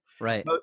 right